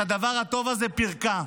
את הדבר הטוב הזה היא פירקה.